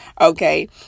Okay